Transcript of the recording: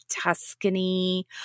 Tuscany